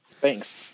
Thanks